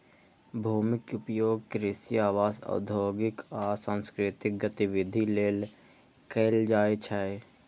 भूमिक उपयोग कृषि, आवास, औद्योगिक आ सांस्कृतिक गतिविधि लेल कैल जाइ छै